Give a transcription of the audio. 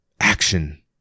Action